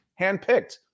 Handpicked